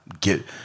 get